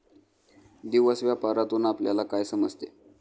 दिवस व्यापारातून आपल्यला काय समजते